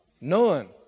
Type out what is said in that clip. None